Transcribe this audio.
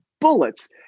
bullets